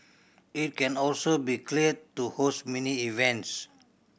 it can also be cleared to host mini events